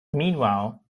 meanwhile